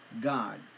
God